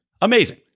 Amazing